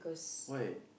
why